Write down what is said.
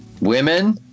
women